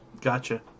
Gotcha